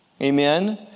amen